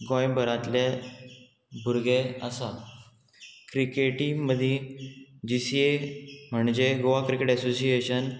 गोंयभरांतले भुरगे आसा क्रिकेटी मदीं जी सी ए म्हणजे गोवा क्रिकेट एसोसिएशन